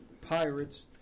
Pirates